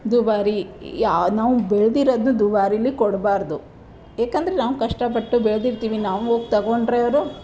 ದುಬಾರಿ ಯಾವ ನಾವು ಬೆಳೆದಿರೋದ್ನು ದುಬಾರಿಲಿ ಕೊಡಬಾರ್ದು ಯಾಕೆಂದ್ರೆ ನಾವು ಕಷ್ಟಪಟ್ಟು ಬೆಳೆದಿರ್ತೀವಿ ನಾವು ಹೋಗಿ ತೊಗೊಂಡರೆ ಅವರು